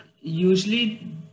Usually